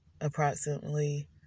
approximately